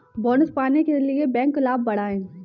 bonus पाने के लिए बैंक लाभ बढ़ाएं